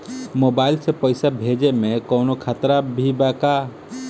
Mobile से पैसा भेजे मे कौनों खतरा भी बा का?